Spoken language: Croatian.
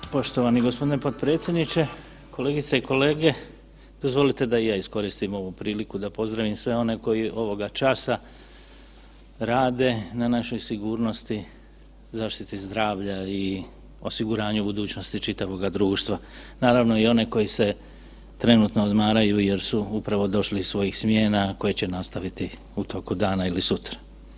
Poštovani gospodine potpredsjedniče, kolegice i kolege dozvolite da i ja iskoristim ovu priliku da pozdravim sve one koji ovoga časa rade na našoj sigurnosti, zaštiti zdravlja i osiguranju budućnosti čitavoga društva, naravno i one koji se trenutno odmaraju jer su upravo došli iz svojih smjena koje će nastaviti u toku dana ili sutra.